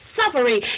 suffering